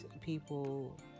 people